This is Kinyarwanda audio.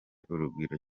urugwiro